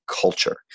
culture